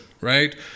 right